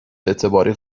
اعتباری